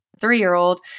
three-year-old